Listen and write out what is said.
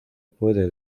puede